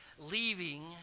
leaving